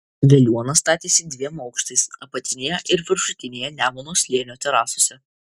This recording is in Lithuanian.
veliuona statėsi dviem aukštais apatinėje ir viršutinėje nemuno slėnio terasose